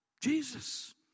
Jesus